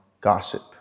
gossip